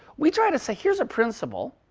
we try to say, here's a principle,